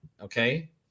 Okay